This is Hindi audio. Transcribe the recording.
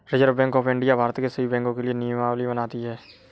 reserve Bank of India Bharat के सभी बैंकों के लिए नियमावली बनाती है